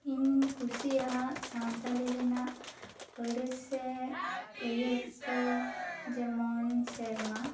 ᱤᱧ ᱠᱩᱥᱤᱭᱟᱜ ᱥᱟᱱᱛᱟᱲᱤ ᱨᱮᱱᱟᱜ ᱟᱹᱲᱟᱹ ᱥᱮ ᱟᱹᱭᱟᱹᱛ ᱠᱚ ᱡᱮᱢᱚᱱ ᱥᱮᱨᱢᱟ